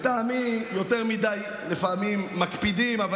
לטעמי יותר מדי מקפידים לפעמים.